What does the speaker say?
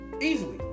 easily